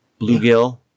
bluegill